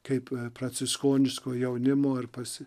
kaip pranciškoniško jaunimo ir pas